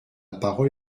parole